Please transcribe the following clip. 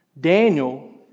Daniel